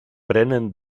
prenen